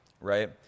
right